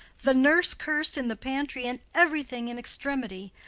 the nurse curs'd in the pantry, and everything in extremity.